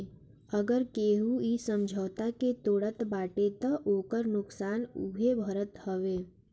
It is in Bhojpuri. अगर केहू इ समझौता के तोड़त बाटे तअ ओकर नुकसान उहे भरत हवे